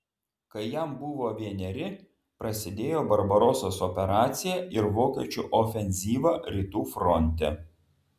kai jam buvo vieneri prasidėjo barbarosos operacija ir vokiečių ofenzyva rytų fronte